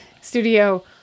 Studio